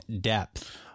depth